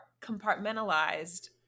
compartmentalized